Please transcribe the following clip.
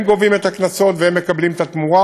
הם גובים את הקנסות והם מקבלים את התמורה.